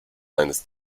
eines